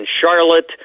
Charlotte